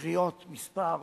בקריאות מספר,